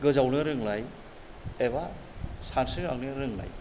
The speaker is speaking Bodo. गोजावनो रोंनाय एबा सानस्रिलांनो रोंनाय